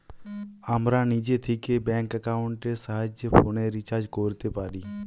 আমরা নিজে থিকে ব্যাঙ্ক একাউন্টের সাহায্যে ফোনের রিচার্জ কোরতে পারি